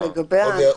אוקיי.